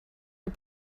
are